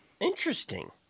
Interesting